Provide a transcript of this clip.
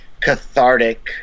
cathartic